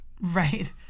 Right